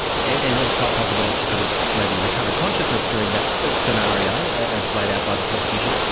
and it was quite possible that she could've maybe recovered consciousness during that that scenario, as laid out by the prosecution,